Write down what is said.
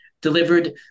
delivered